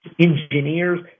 engineers